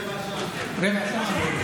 רבע שעה.